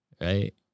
Right